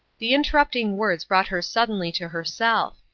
the interrupting words brought her suddenly to herself.